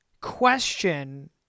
question